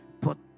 put